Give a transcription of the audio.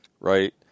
right